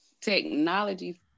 technology